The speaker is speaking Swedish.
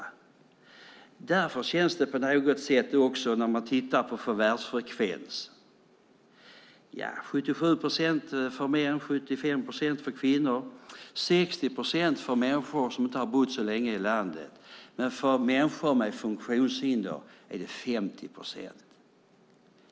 Förvärvsfrekvensen är 77 procent för män, 75 procent för kvinnor, 60 procent för människor som inte har bott så länge i landet, men för människor med funktionshinder är den 50 procent.